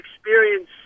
experience